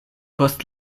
post